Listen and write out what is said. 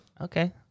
Okay